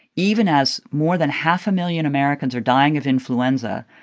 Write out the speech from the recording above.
even as more than half a million americans are dying of influenza,